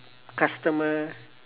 customer